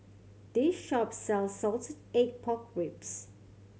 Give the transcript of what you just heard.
this shop sells salted egg pork ribs